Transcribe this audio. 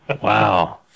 Wow